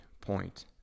point